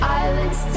islands